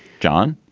john?